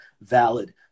valid